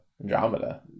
Andromeda